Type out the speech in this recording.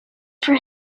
for